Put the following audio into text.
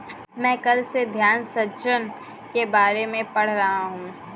मैं कल से धन सृजन के बारे में पढ़ रहा हूँ